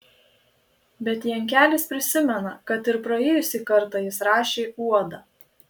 bet jankelis prisimena kad ir praėjusį kartą jis rašė uodą